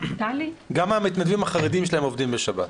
גם המתנדבים החרדים שלהם עובדים בשבת.